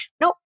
Nope